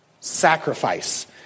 Sacrifice